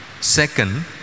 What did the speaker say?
Second